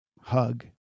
hug